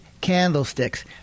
candlesticks